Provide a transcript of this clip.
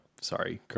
Sorry